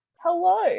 Hello